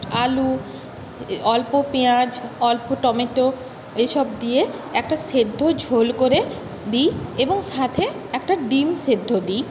আলু অল্প পেঁয়াজ অল্প টমেটো এইসব দিয়ে একটা সেদ্ধ ঝোল করে দিই এবং সাথে একটা ডিম সেদ্ধ দিই